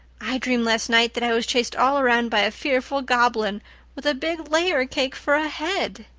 i dreamed last night that i was chased all around by a fearful goblin with a big layer cake for a head.